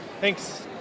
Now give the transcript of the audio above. Thanks